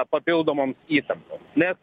papildomoms įtampos nes